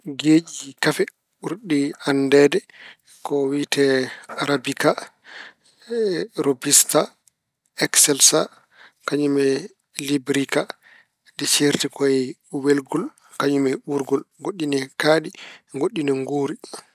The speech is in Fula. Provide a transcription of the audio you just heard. Geeƴi kafe ɓurɗi anndeede ko wiyetee rabika, robista, ekselsa kañum e libirika. Ɗi ceerti ko e welgol kañum e uurgol. Goɗɗi ne kaaɗi, goɗɗi ne nguuri.